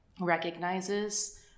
recognizes